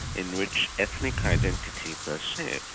in which ethnic identity per se,